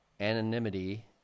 anonymity